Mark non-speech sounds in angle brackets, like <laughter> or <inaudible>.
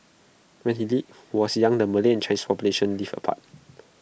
when he <unintelligible> was young the Malay Chinese for populations lived apart